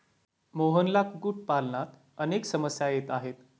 मोहनला कुक्कुटपालनात अनेक समस्या येत आहेत